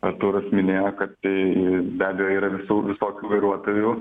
artūras minėjo kad tai be abejo yra visų visokių vairuotojų